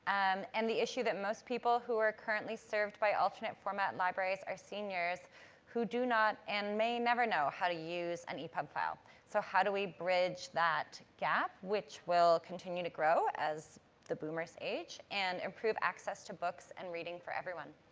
and and the issue that most people who are currently served by alternate-format libraries are seniors who do not and may never know how to use an epub file. so, how do we bridge that gap, which will continue to grow as the boomers age, and improve access to books and reading for everyone?